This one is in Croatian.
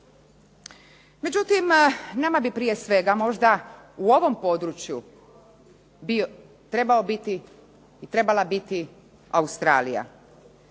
Međutim, nama bi prije sve možda u ovom području trebao biti i trebala